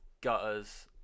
gutters